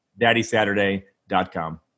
daddysaturday.com